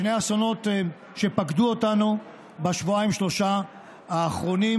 שני אסונות פקדו אותנו בשבועיים-שלושה האחרונים.